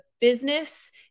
business